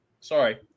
Sorry